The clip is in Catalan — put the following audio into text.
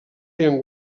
feien